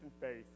faith